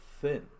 thin